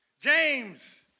James